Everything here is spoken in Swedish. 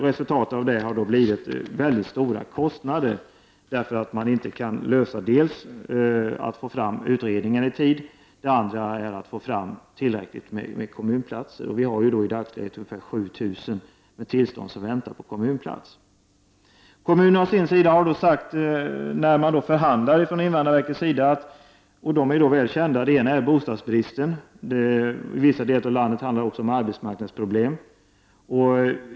Resultatet har blivit väldigt stora kostnader på grund av att man dels inte kan få fram utredningar i tid, dels inte kan få fram tillräckligt med kommunplatser. Det finns ju i dagsläget ungefär 7 000 flyktingar med uppehållstillstånd som väntar på kommunplats. Kommunerna har å sin sida vid förhandlingar med invandrarverket nämnt olika problem som är välkända, nämligen bostadsbristen och, i vissa delar av landet, arbetsmarknadsproblem.